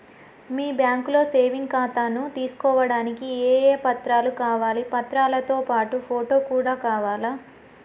మీ బ్యాంకులో సేవింగ్ ఖాతాను తీసుకోవడానికి ఏ ఏ పత్రాలు కావాలి పత్రాలతో పాటు ఫోటో కూడా కావాలా?